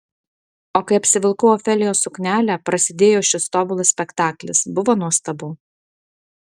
o kai apsivilkau ofelijos suknelę prasidėjo šis tobulas spektaklis buvo nuostabu